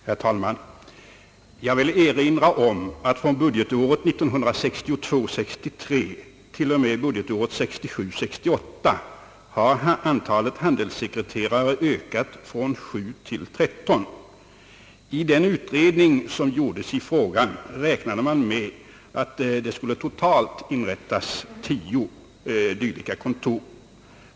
Herr talman! Jag vill erinra om att från budgetåret 1962 68 har antalet handelssekreterare ökat från 7 till 13. I den utredning som gjordes i frågan räknade man med att det totalt skulle inrättas 10 dylika kontor.